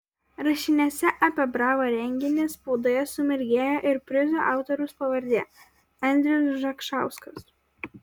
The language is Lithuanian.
rašiniuose apie bravo renginį spaudoje sumirgėjo ir prizų autoriaus pavardė andrius zakšauskas